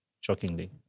shockingly